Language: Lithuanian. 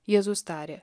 jėzus tarė